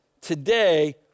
Today